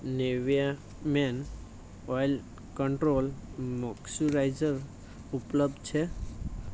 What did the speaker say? Nivea men oil control moisturiser ઉપલબ્ધ છે